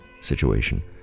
situation